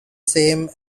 same